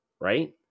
right